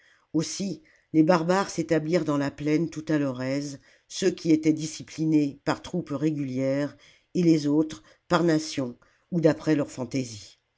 aussi les barbares s'établirent dans la plaine tout à leur aise ceux qui étaient disciplinés par troupes régulières et les autres par nations ou d'après leur fantaisie